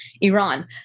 Iran